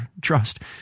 trust